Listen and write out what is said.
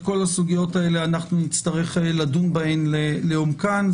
בכל הסוגיות האלה נצטרך לדון בהן לעומקן.